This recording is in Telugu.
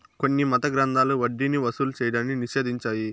కొన్ని మత గ్రంథాలు వడ్డీని వసూలు చేయడాన్ని నిషేధించాయి